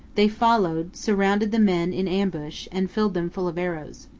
they followed, surrounded the men in ambush, and filled them full of arrows.